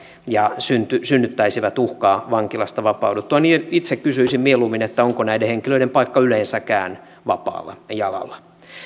ja synnyttäisi uhkaa vankilasta vapauduttuaan itse kysyisin mieluummin onko näiden henkilöiden paikka yleensäkään vapaalla jalalla